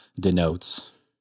denotes